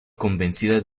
convencida